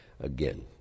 again